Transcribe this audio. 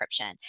encryption